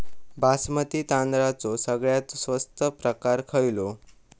बासमती तांदळाचो सगळ्यात स्वस्त प्रकार खयलो?